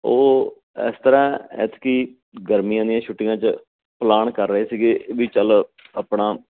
ਉਹ ਇਸ ਤਰ੍ਹਾਂ ਐਤਕੀ ਗਰਮੀਆਂ ਦੀਆਂ ਛੁੱਟੀਆਂ 'ਚ ਪਲਾਨ ਕਰ ਰਹੇ ਸੀਗੇ ਵੀ ਚਲ ਆਪਣਾ